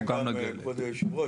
כבוד היו"ר,